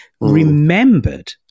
remembered